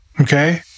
okay